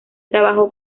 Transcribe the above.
trabajó